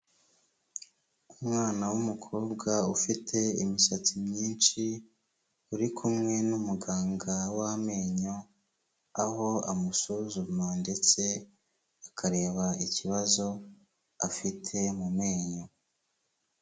Umwana w'umukobwa ufite imisatsi myinshi, uri kumwe n'umuganga w'amenyo, aho amusuzuma ndetse akareba ikibazo afite mu menyo.